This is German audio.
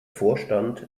vorstand